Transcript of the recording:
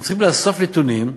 הם צריכים לאסוף נתונים,